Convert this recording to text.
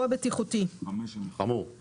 חובות